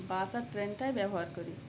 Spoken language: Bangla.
বাস আর ট্রেনটাই ব্যবহার করি